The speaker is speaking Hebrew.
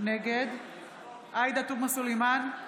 נגד עאידה תומא סלימאן,